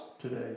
today